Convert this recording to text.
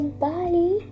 bye